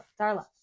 Darla